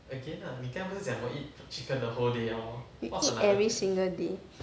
you eat every single day